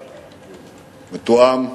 מתואם.